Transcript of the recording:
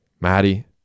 Maddie